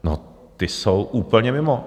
No, ti jsou úplně mimo.